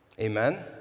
Amen